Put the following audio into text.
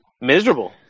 miserable